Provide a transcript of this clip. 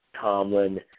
Tomlin